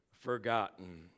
forgotten